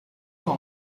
状况